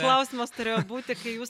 klausimas turėjo būti kai jūs